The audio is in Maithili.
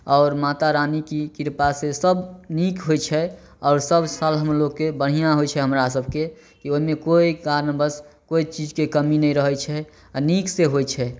आओर माता रानी की कृपा से सब नीक होइ छै आओर सब साल हमलोगके बढ़िऑं होइ छै हमरा सबके कि ओहिमे कोइ कारण बस कोइ चीजके कमी नहि रहै छै आ नीक से होइ छै